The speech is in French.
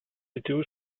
météo